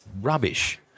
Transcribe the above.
rubbish